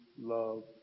love